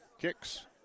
kicks